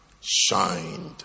shined